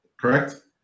correct